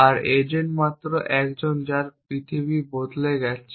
আর agent মাত্র 1 জন যার পৃথিবী বদলে যাচ্ছে